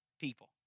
people